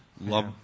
love